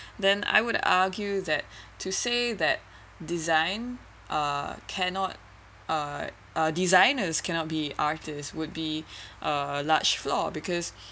then I would argue that to say that design uh cannot uh designers cannot be artist would be uh large flaw because